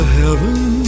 heaven